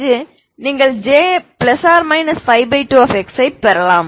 பிறகு நீங்கள் J±52 xஐப் பெறலாம்